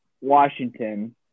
Washington